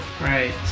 Right